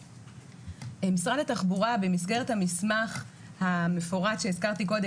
משרד התחבורה במסגרת המסמך המפורט שהזכרתי קודם,